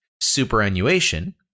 superannuation